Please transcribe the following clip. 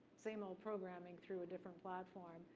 same old programming through a different platform,